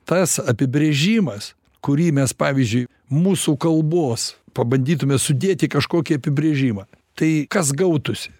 tas apibrėžimas kurį mes pavyzdžiui mūsų kalbos pabandytume sudėt į kažkokį apibrėžimą tai kas gautųsi